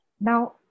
now